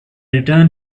returned